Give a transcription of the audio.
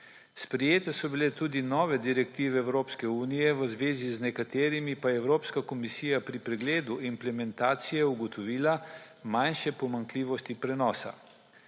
Sprejete so bile tudi nove direktive Evropske unije, v zvezi z nekaterimi pa je Evropska komisija pri pregledu implementacije ugotovila manjše pomanjkljivosti prenosa.